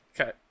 Okay